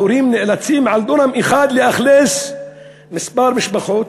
ההורים נאלצים להושיב על דונם אחד מספר משפחות.